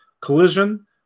Collision